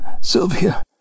Sylvia